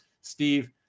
Steve